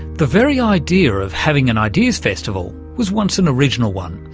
the very idea of having an ideas festival was once an original one.